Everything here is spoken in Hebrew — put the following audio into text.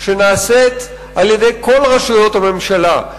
שנעשית על-ידי כל רשויות הממשלה,